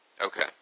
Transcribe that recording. Okay